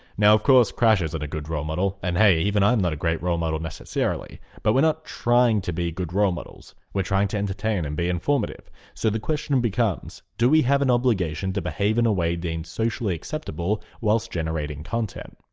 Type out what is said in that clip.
now of course crash isn't a good role model and hey even i'm not a great role model necessarily. but we're not trying to be good role models. we're trying to entertain and be informative so the question and becomes do we have an obligation to behave in a way deemed socially acceptable whilst generating content?